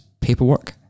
paperwork